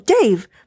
Dave